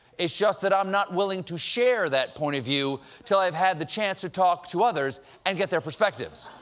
it's just that i'm not willing to share that point of view till i've had the chance to talk to others and get their perspectives.